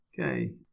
Okay